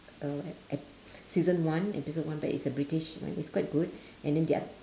uh ep~ ep~ season one episode one but it's a british one it's quite good and then their